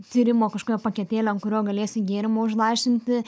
tyrimo kažkokio paketėlio ant kurio galėsi gėrimo užlašinti